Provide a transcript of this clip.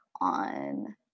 on